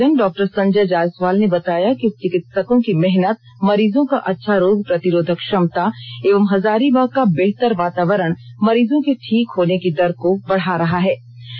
civil surgeon Dr Sanjay Jaiswal ने बताया कि चिकित्सकों की मेहनत मरीजों का अच्छा रोग प्रतिरोधक क्षमता एवं हजारीबाग का बेहतर वातावरण मरीजों के ठीक होने की दर को बढ़ा रहा है